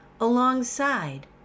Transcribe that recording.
alongside